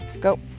go